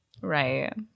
right